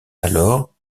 alors